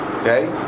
Okay